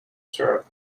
syrup